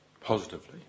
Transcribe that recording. positively